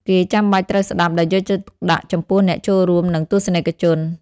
គេចាំបាច់ត្រូវស្តាប់ដោយយកចិត្តទុកដាក់ចំពោះអ្នកចូលរួម និងទស្សនិកជន។